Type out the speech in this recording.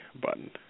button